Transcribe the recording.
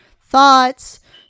thoughts